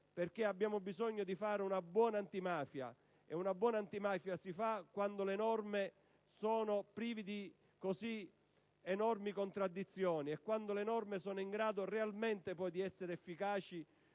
perché abbiamo bisogno di fare una buona antimafia, e una buona antimafia si fa quando le norme sono prive di così enormi contraddizioni e sono in grado realmente di essere efficaci